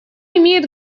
имеет